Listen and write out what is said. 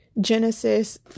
Genesis